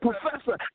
professor